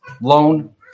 loan